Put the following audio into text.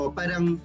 parang